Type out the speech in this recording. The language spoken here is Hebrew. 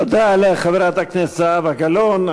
תודה לחברת הכנסת זהבה גלאון.